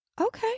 okay